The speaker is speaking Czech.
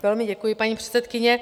Velmi děkuji, paní předsedkyně.